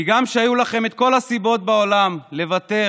כי גם כשהיו לכם את כל הסיבות בעולם לוותר,